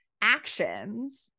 actions